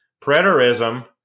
Preterism